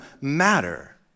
matter